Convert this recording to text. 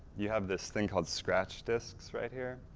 you have this thing called scratch discs right here,